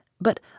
but